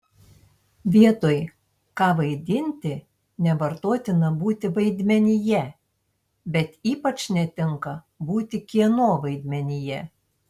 vietoj ką vaidinti nevartotina būti vaidmenyje bet ypač netinka būti kieno vaidmenyje